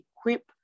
equip